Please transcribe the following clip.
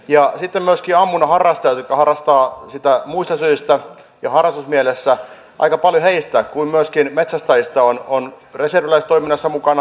ja sitten aika paljon myöskin ammunnan harrastajista jotka harrastavat sitä muista syistä ja harrastusmielessä kuin myöskin metsästäjistä on reserviläistoiminnassa mukana